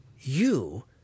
You